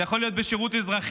זה יכול להיות בשירות אזרחי,